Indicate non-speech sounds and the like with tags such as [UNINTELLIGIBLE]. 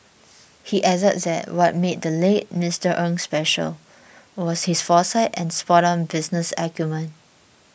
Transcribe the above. he added that what made the late Mister [UNINTELLIGIBLE] special was his foresight and spoton business acumen